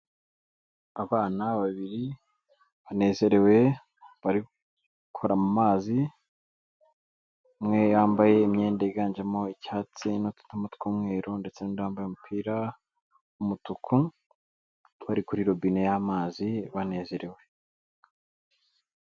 Abana babiri banezerewe bari gukora mu mazi umwe yambaye imyenda yiganjemo icyatsi n'utudomo tw'umweru ndetse n'undi wambaye umupira w'umutuku bari kuri robine y'amazi banezerewe.